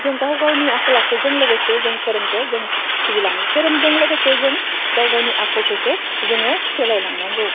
जों गाव गावनि आखल आखुजों लोगोसे जों धोरोमखौ जों सिबिलाङो धोरोमजों लोगोसे जों गाव गावनि आखलखौसो जोङो सोलायलांनांगौ